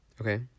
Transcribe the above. Okay